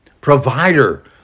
provider